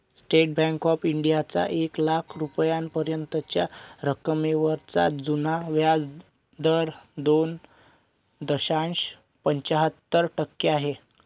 state bank of इंडियाचा एक लाख रुपयांपर्यंतच्या रकमेवरचा जुना व्याजदर दोन दशांश पंच्याहत्तर टक्के आहे